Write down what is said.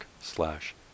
slash